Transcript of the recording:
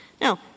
Now